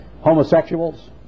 homosexuals